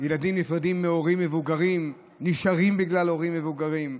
ילדים מהורים מבוגרים, נשארים בגלל הורים מבוגרים,